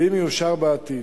אם יאושר בעתיד.